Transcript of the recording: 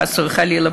חס וחלילה,